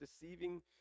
deceiving